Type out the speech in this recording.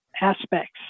aspects